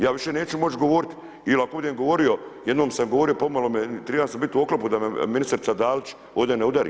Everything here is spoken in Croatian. Ja više neću moći govoriti ili ako budem govorio, jednom sam govorio pomalo me, triba sam bit u oklopu da me ministrica Dalić ovdje ne udari.